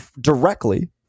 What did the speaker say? directly